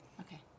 Okay